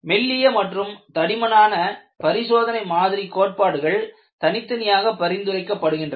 மெல்லிய மற்றும் தடிமனான பரிசோதனை மாதிரி கோட்பாடுகள் தனித்தனியாக பரிந்துரைக்கப்படுகின்றன